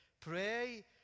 Pray